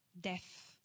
death